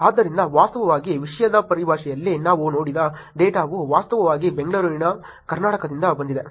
ಆದ್ದರಿಂದ ವಾಸ್ತವವಾಗಿ ವಿಷಯದ ಪರಿಭಾಷೆಯಲ್ಲಿ ನಾವು ನೋಡಿದ ಡೇಟಾವು ವಾಸ್ತವವಾಗಿ ಬೆಂಗಳೂರಿನ ಕರ್ನಾಟಕದಿಂದ ಬಂದಿದೆ